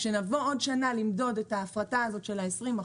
כשנבוא עוד שנה למדוד את ההפרטה הזאת של ה-20%,